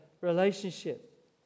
relationship